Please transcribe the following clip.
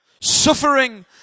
Suffering